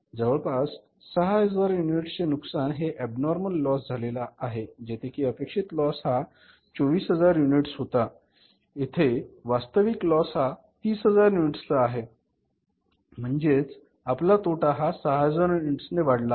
जवळपास 6000 युनिट्स चे नुकसान हे अबनॉर्मल लॉस झालेला आहे जेथे कि अपेक्षित लॉस हा 24000 युनिट्स होता तेथे वास्तविक लॉस हा 30000 युनिट्स चा आहे म्हणजेच आपला तोटा हा 6000 युनिट्स ने वाढला आहे